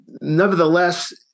nevertheless